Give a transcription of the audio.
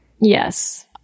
Yes